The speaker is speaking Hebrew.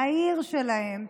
לעיר שלהם,